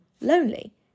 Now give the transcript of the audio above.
lonely